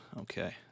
okay